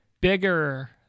bigger